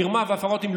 מרמה והפרת אמונים,